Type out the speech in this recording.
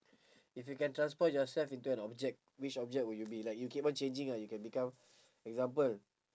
if you can transform yourself into an object which object would you be like you keep on changing ah you can become example